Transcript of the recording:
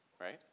right